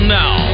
now